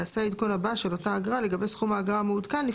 ייעשה העדכון הבא של אותה אגרה לגבי סכום האגרה המעודכן,